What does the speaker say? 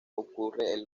ocurre